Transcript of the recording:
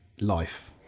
life